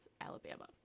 Alabama